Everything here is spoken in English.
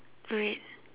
alright